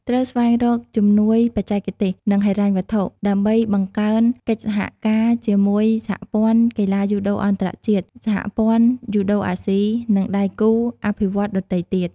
ត្រូវស្វែងរកជំនួយបច្ចេកទេស និងហិរញ្ញវត្ថុ ដើម្បីបង្កើនកិច្ចសហការជាមួយសហព័ន្ធកីឡាយូដូអន្តរជាតិ សហព័ន្ធយូដូអាស៊ី និងដៃគូអភិវឌ្ឍន៍ដទៃទៀត ។